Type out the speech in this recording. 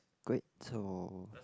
great so